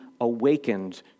awakened